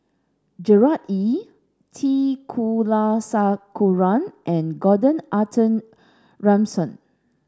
Gerard Ee T Kulasekaram and Gordon Arthur Ransome